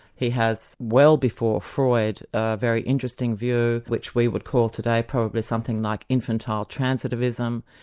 he has, well before freud, a very interesting view which we would call today probably something like infantile transitivism,